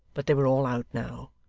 but they were all out now.